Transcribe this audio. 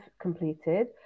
completed